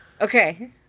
Okay